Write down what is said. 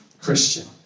Christian